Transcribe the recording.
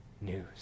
news